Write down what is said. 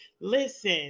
Listen